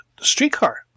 streetcar